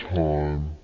time